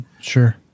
Sure